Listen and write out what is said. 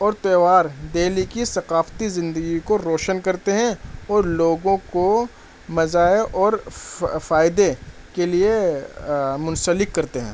اور تہوار دہلی کی ثقافتی زندگی کو روشن کرتے ہیں اور لوگوں کو مزہ ہے اور فائدے کے لیے منسلک کرتے ہیں